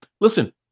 listen